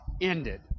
ended